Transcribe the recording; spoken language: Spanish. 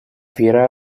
fiera